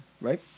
right